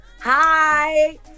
Hi